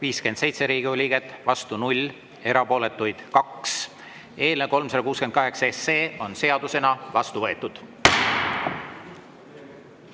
57 Riigikogu liiget, vastu 0, erapooletuid 2. Eelnõu 368 on seadusena vastu võetud.